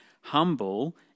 Humble